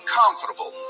comfortable